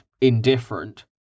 indifferent